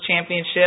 championship